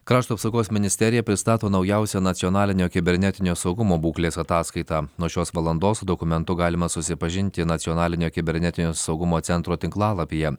krašto apsaugos ministerija pristato naujausią nacionalinio kibernetinio saugumo būklės ataskaitą nuo šios valandos su dokumentu galima susipažinti nacionalinio kibernetinio saugumo centro tinklalapyje